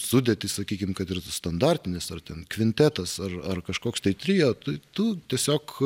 sudėtį sakykim kad ir standartinis ar ten kvintetas ar ar kažkoks tai trio tu tiesiog